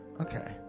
okay